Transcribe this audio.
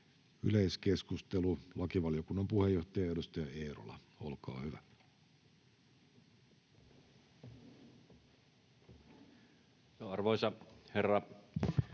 Yleiskeskustelu. Lakivaliokunnan puheenjohtaja, edustaja Eerola, olkaa hyvä. Arvoisa herra